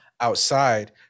outside